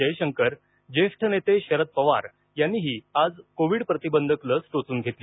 जयशंकर ज्येष्ठ नेते शरद पवार यांनीही आज कोविड प्रतिबंधक लस टोचून घेतली